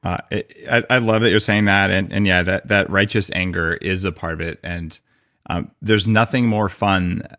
i love that you're saying that, and and yeah, that that righteous anger is a part of it. and there's nothing more fun,